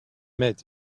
met